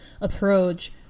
approach